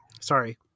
sorry